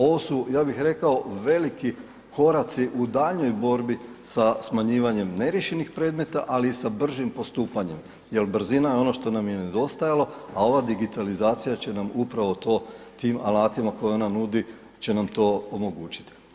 Ovo su, ja bih rekao, veliki koraci u daljnjoj borbi sa smanjivanjem neriješenih predmeta, ali i sa bržim postupanjem jel brzina je ono što nam je nedostajalo, a ova digitalizacija će nam upravo to tim alatima koje ona nudi će nam to omogućiti.